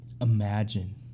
Imagine